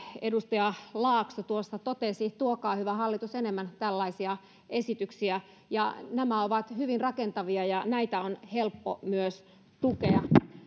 edustaja laakso tuossa totesi tuokaa hyvä hallitus enemmän tällaisia esityksiä nämä ovat hyvin rakentavia ja näitä on helppo myös tukea